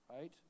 Right